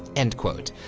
end quote.